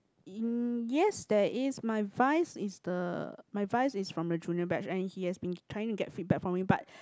in yes there is my vice is the my vice is from the junior batch and he has been trying to get feedback from me but